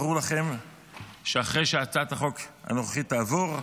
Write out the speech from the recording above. ברור לכם שאחרי שהצעת החוק הנוכחית תעבור,